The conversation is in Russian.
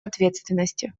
ответственности